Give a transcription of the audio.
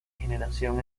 generación